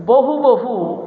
बहु बहु